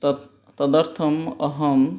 त् तदर्थम् अहं